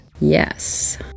Yes